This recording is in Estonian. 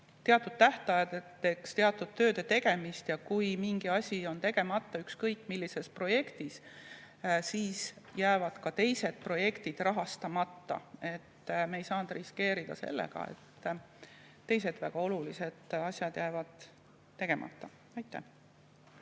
teatud tähtaegadeks teatud tööde tegemist. Kui mingi asi on tegemata ükskõik millises projektis, siis jäävad ka teised projektid rahastamata. Me ei saanud riskeerida sellega, et teised väga olulised asjad jäävad tegemata. Aitäh!